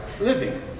living